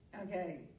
okay